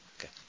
Okay